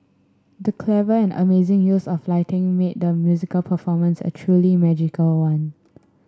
the clever and amazing use of lighting made the musical performance a truly magical one